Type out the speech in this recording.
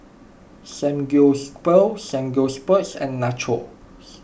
Samgyeopsal Samgyeopsal and Nachos